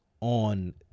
on